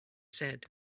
said